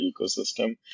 ecosystem